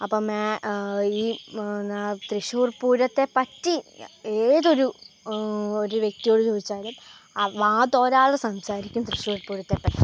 അപ്പം ഈ തൃശ്ശൂർ പൂരത്തെ പറ്റി ഏതൊരു ഒരു വ്യക്തിയോടു ചോദിച്ചാലും വാ തോരാതെ സംസാരിക്കും തൃശ്ശൂർ പൂരത്തെപ്പറ്റി